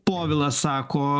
povilas sako